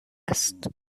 است